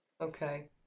Okay